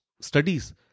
studies